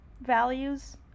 values